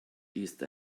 ist